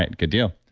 good deal.